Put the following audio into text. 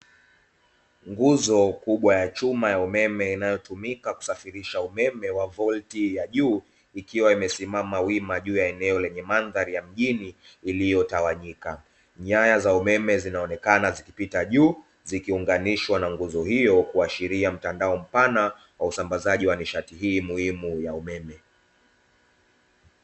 Nguzo kubwa ya chuma ya umeme inayotumika kusafirisha umeme wa volti ya juu, ikiwa imesimama wima juu ya eneo lenye mandhari ya mjini iliyotawanyika. Nyaya za umeme zinaonekana zikipita juu zikiunganishwa na nguzo hiyo kuashiria mtandao mpana wa usambazaji wa nishati hii muhimu ya umeme.